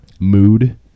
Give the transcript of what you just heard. mood